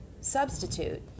substitute